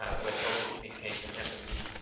ah with open communication, empathy,